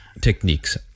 techniques